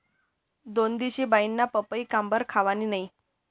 दोनदिशी बाईनी पपई काबरं खावानी नै